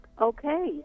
Okay